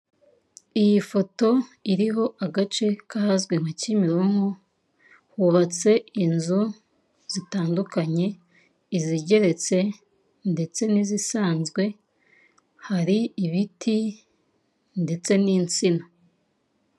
Iyi foto iriho agace kahazwi nka kimironko hubatse inzu zitandukany izigeretse, ndetse n'izisanzwe hari ibiti ndetse n'insina.